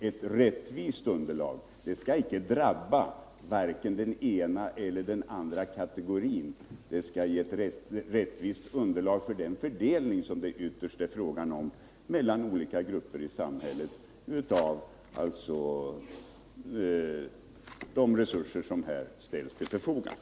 Ett underlagsmaterial av detta slag skall ju inte drabba vare sig den ena eller den andra kategorin. Det skall utgöra grunden för den rättvisa fördelning som det ytterst är tråga om mellan olika grupper i samhället av de resurser som här står till förfogande.